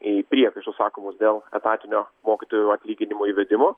į priekaištus sakomus dėl etatinio mokytojų atlyginimo įvedimo